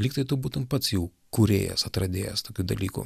lyg tai tu būtum pats jau kūrėjas atradėjas tokių dalykų